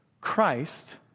Christ